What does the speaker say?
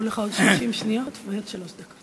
נשארו לך עוד 30 שניות ושלוש דקות.